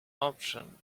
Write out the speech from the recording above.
option